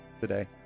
today